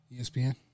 ESPN